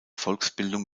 volksbildung